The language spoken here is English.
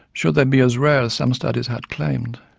should they be as rare as some studies had claimed.